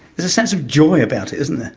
there's a sense of joy about it, isn't there?